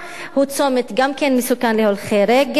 הוא צומת מסוכן להולכי רגל,